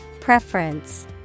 Preference